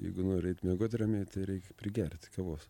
jeigu nori eit miegot ramiai tai reikia prigerti kavos